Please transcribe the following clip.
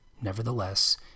Nevertheless